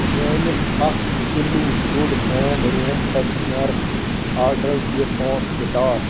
میٲیس اکھ کِلوٗ گُڑ ہوم روٗم فرٛیشنر آرڈرس دِ پانٛژھ سِٹار